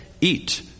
eat